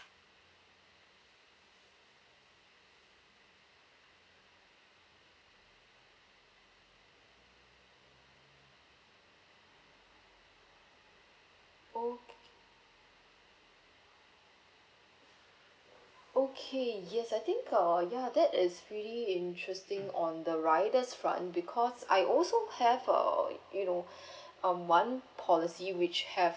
okay okay yes I think uh ya that is really interesting on the rider's front because I also have err you know um one policy which have